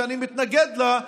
שאני מתנגד לה,